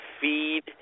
feed